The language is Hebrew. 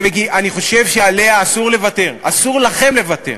שאני חושב שעליה אסור לוותר, אסור לכם לוותר.